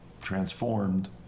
transformed